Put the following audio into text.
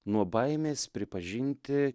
nuo baimės pripažinti